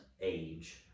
age